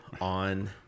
on